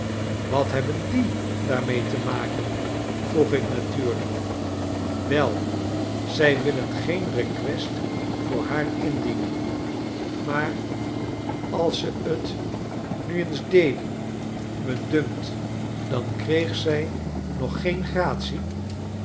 wat hebben die daarmee te maken vroeg ik natuurlijk wel zij willen geen request voor haar indienen maar als ze tnu eensdeden me dunkt dan kreeg zij nog geen gratie